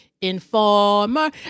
informer